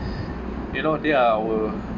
you know they are our